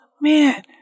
man